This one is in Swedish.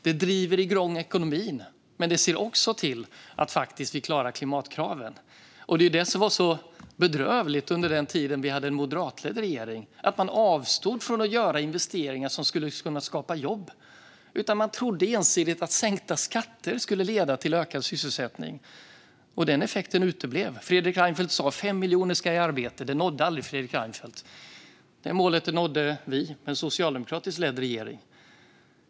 Det driver igång ekonomin, men det gör också att vi faktiskt klarar klimatkraven. Det var det som var så bedrövligt under tiden då vi hade en moderatledd regering: Man avstod från att göra investeringar som skulle kunna skapa jobb. Man trodde att enbart sänkta skatter skulle leda till ökad sysselsättning. Den effekten uteblev. Fredrik Reinfeldt sa att 5 miljoner skulle i arbete. Det nådde aldrig Fredrik Reinfeldt. Det målet nådde vi med en socialdemokratiskt ledd regering.